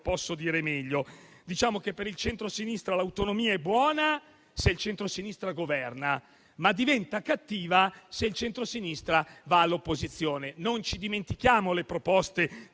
posso dirlo meglio: diciamo che per il centrosinistra l'autonomia è buona se il centrosinistra governa, ma diventa cattiva se il centrosinistra va all'opposizione. Non ci dimentichiamo le proposte